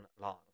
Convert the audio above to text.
long